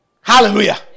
Hallelujah